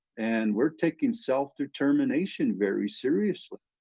and we're taking self determination very seriously.